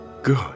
Good